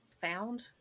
found